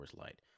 Light